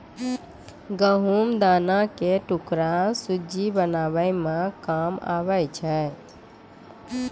गहुँम दाना के टुकड़ा सुज्जी बनाबै मे काम आबै छै